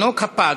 התינוק הפג,